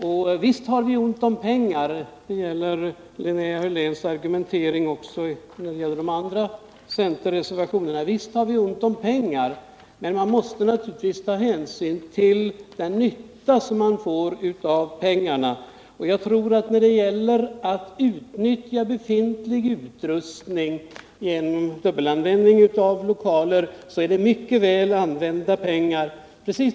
Att vi har ont om pengar är ju Linnea Hörléns argument också när det gäller avstyrkandet av de andra centermotionerna. Ja, visst har vi ont om pengar, men man måste naturligtvis ta hänsyn till vilken nytta man får av pengarna, och jag tror att pengar som används för att göra det möjligt att utnyttja befintlig utrustning genom dubbelanvändning av lokaler är mycket väl använda pengar.